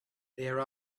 there